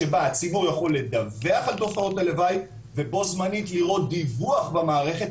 שבה הציבור יכול לדווח על תופעות הלוואי ובו זמנית לראות דיווח במערכת,